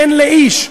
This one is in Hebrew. אין לאיש,